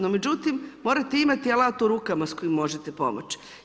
No, međutim, morate imati alat u rukama s kojim možete pomoći.